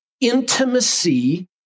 intimacy